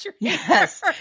Yes